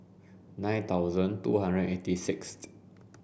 nine thousand two hundred and eighty sixth